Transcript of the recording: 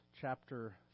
chapter